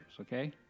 okay